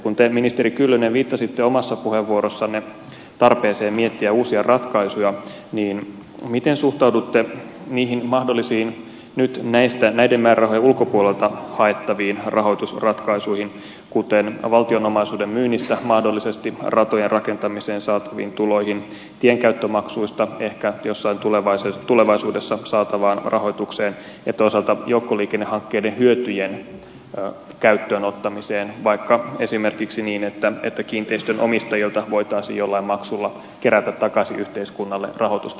kun te ministeri kyllönen viittasitte omassa puheenvuorossanne tarpeeseen miettiä uusia ratkaisuja niin miten suhtaudutte niihin mahdollisiin nyt näiden määrärahojen ulkopuolelta haettaviin rahoitusratkaisuihin kuten valtion omaisuuden myynnistä mahdollisesti ratojen rakentamiseen saataviin tuloihin tienkäyttömaksuista ehkä jossain tulevaisuudessa saatavaan rahoitukseen ja toisaalta joukkoliikennehankkeiden hyötyjen käyttöönottamiseen vaikka esimerkiksi niin että kiinteistönomistajilta voitaisiin jollain maksulla kerätä takaisin yhteiskunnalle rahoitusta joukkoliikennehankkeisiin